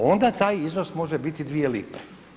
Onda taj iznos može biti dvije lipe.